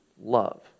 love